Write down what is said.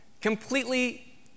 Completely